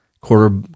quarter